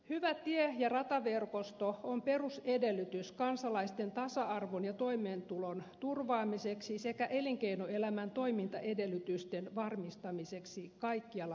hyvä tie ja rataverkosto on perusedellytys kansalaisten tasa arvon ja toimeentulon turvaamiseksi sekä elinkeinoelämän toimintaedellytysten varmistamiseksi kaikkialla maassamme